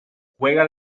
juega